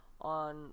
on